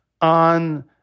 on